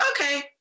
okay